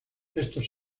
estos